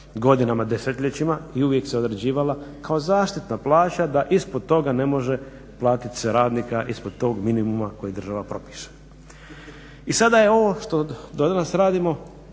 godinama desetljećima i uvijek se određivala kao zaštitna plaća da ispod toga ne može se platiti radnika ispod minimuma kojeg država propiše. I sada je ovo što danas radimo